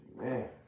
Man